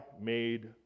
made